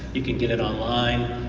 you can get it online,